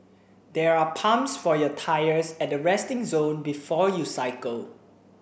there are pumps for your tyres at the resting zone before you cycle